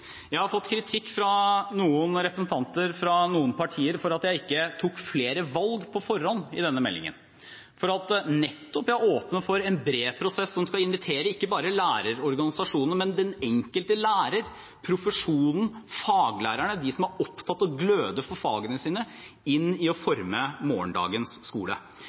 Jeg har fått kritikk fra noen representanter fra noen partier for at jeg ikke tok flere valg på forhånd i denne meldingen, for at jeg nettopp åpner for en bred prosess som skal invitere ikke bare lærerorganisasjonene, men den enkelte lærer, profesjonen, faglærerne, de som er opptatt av og gløder for fagene sine, inn i å forme morgendagens skole.